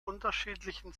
unterschiedlichen